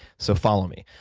so follow me,